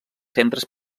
centres